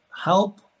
help